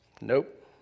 Nope